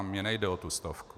Mně nejde o tu stovku.